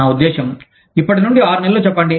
నా ఉద్దేశ్యం ఇప్పటి నుండి ఆరు నెలలు చెప్పండి